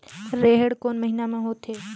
रेहेण कोन महीना म होथे?